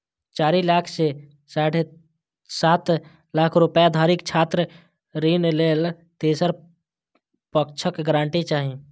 चारि लाख सं साढ़े सात लाख रुपैया धरिक छात्र ऋण लेल तेसर पक्षक गारंटी चाही